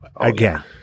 again